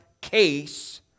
case